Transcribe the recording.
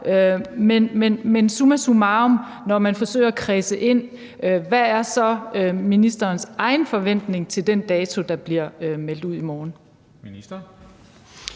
Men summa summarum, når man forsøger at kredse det ind, hvad er så ministerens egen forventning til den dato, der bliver meldt ud i morgen?